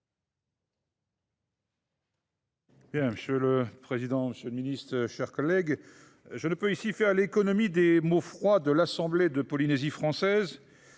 Monsieur le président, monsieur le ministre, mes chers collègues, je ne puis ici faire l’économie des mots froids de l’assemblée de Polynésie française,